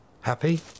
Happy